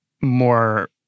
more